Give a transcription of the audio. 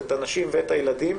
את הנשים ואת הילדים,